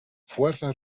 fuerza